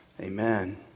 Amen